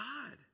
God